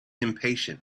impatient